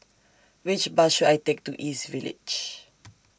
Which Bus should I Take to East Village